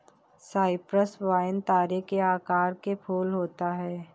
Cyprus vine तारे के आकार के फूल होता है